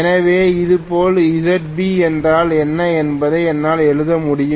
எனவே இதேபோல் Zb என்றால் என்ன என்பதை என்னால் எழுத முடியும்